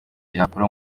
yakura